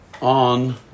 on